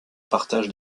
partage